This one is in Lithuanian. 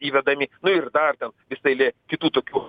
įvedami nu ir dar ten visa eilė kitų tokių